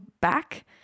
back